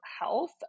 health